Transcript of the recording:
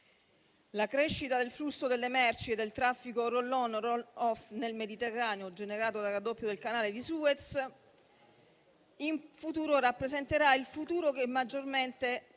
La crescita del flusso delle merci e del traffico *roll on-roll off* nel Mediterraneo generato dal raddoppio del Canale di Suez rappresenterà il futuro che maggiormente